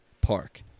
park